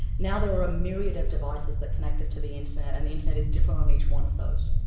now there are a myriad of devices that connect us to the internet and the internet is different on each one of those.